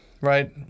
right